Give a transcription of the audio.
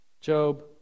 Job